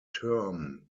term